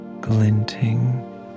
glinting